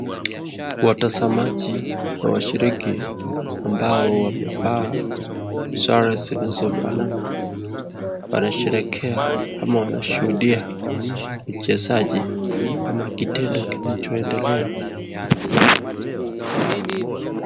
Watazamaji washiriki ambao wamevaa sare zinazofanana wanasherehekea ama wanashuhudia wachezaji au kitendo kinachoendelea.